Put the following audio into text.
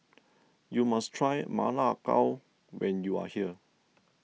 you must try Ma Lai Gao when you are here